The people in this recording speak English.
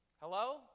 Hello